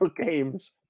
games